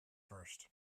first